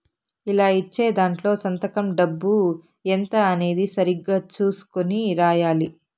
ఇలా ఇచ్చే దాంట్లో సంతకం డబ్బు ఎంత అనేది సరిగ్గా చుసుకొని రాయాలి